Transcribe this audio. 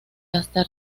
hasta